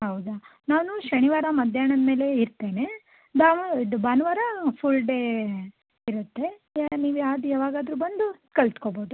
ಹೌದ ನಾನು ಶನಿವಾರ ಮಧ್ಯಾಹ್ನದ ಮೇಲೆ ಇರ್ತೇನೆ ಇದು ಭಾನುವಾರ ಫುಲ್ ಡೇ ಇರುತ್ತೆ ನೀವು ಯಾವ ಯಾವಾಗಾದ್ರೂ ಬಂದು ಕಲಿತ್ಕೋಬೋದು